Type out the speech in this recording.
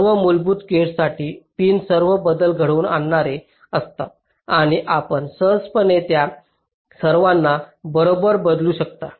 सर्व मूलभूत गेट्ससाठी पिन सर्व बदल घडवून आणणारे असतात आणि आपण सहजपणे त्या सर्वांना बरोबर बदलू शकता